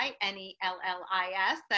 N-E-L-L-I-S